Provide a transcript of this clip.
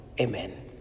Amen